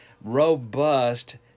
robust